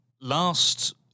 last